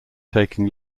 taking